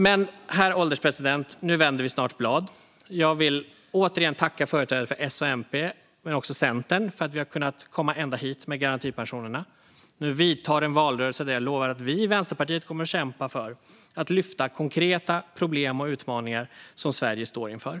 Herr ålderspresident! Nu vänder vi snart blad. Jag vill återigen tacka företrädare för S och MP men också Centern för att vi har kunnat komma ända hit med garantipensionerna. Nu vidtar en valrörelse där jag lovar att Vänsterpartiet kommer att kämpa för att lyfta fram konkreta problem och utmaningar som Sverige står inför.